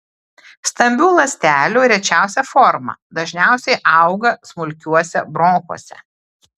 stambių ląstelių rečiausia forma dažniausiai auga smulkiuose bronchuose